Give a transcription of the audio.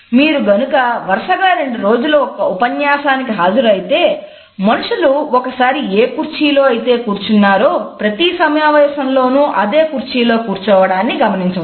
మీరు గనుక వరుసగా రెండు రోజులు ఒక ఉపన్యాసానికి హాజరు అయితే మనుషులు ఒకసారి ఏ కుర్చీలో అయితే కూర్చున్నారో ప్రతి సమావేశంలోనూ అదే కుర్చీ లో కూర్చోవడాన్ని గమనించవచ్చు